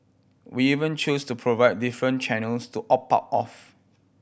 we even choose to provide different channels to opt out of